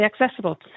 accessible